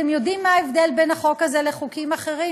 אתם יודעים מה ההבדל בין החוק הזה לחוקים אחרים?